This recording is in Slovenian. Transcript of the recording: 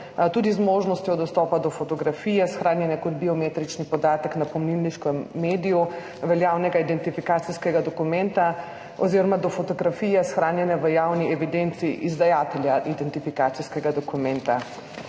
tudi z možnostjo dostopa do fotografije, shranjene kot biometrični podatek na pomnilniškem mediju veljavnega identifikacijskega dokumenta, oziroma do fotografije, shranjene v javni evidenci izdajatelja identifikacijskega dokumenta.